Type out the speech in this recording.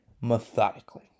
methodically